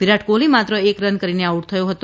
વિરાટ કોહલી માત્ર એક રન કરીને આઉટ થયો હતો